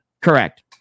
Correct